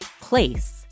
place